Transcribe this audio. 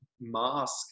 mask